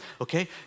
okay